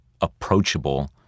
approachable